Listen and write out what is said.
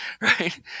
right